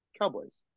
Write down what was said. Cowboys